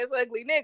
ugly